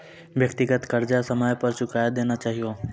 व्यक्तिगत कर्जा समय पर चुकाय देना चहियो